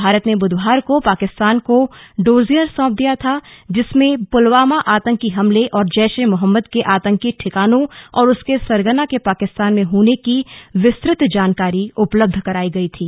भारत ने बुधवार को पाकिस्तान को डोजियर सौंप दिया था जिसमें पुलवामा आतंकी हमले और जैश ए मोहम्मद के आतंकी ठिकानों और उसके सरगना के पाकिस्तान में होने की विस्तृत जानकारी उपलब्धरकराई गई थी